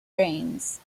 rains